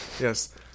Yes